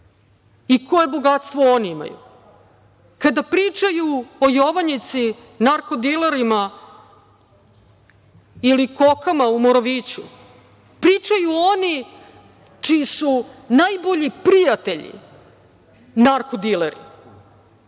i koje bogatstvo oni imaju. Kada pričaju o Jovanjici, narko-dilerima, ili kokama u Moroviću, pričaju oni čiji su najbolji prijatelji narko-dileri.